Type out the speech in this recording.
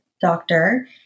doctor